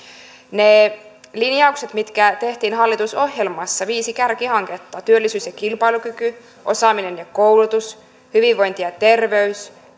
ne linjaukset mitkä tehtiin hallitusohjelmassa viisi kärkihanketta työllisyys ja kilpailukyky osaaminen ja koulutus hyvinvointi ja terveys